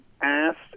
asked